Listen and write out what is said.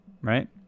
right